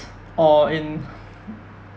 or in